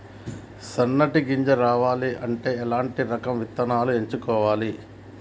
సన్నటి గింజ రావాలి అంటే ఎలాంటి రకం విత్తనాలు ఎంచుకోవాలి?